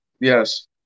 Yes